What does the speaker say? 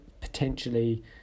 potentially